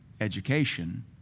education